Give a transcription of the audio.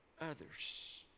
others